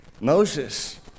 Moses